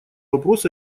вопрос